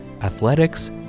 athletics